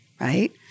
Right